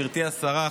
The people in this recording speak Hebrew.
גברתי השרה,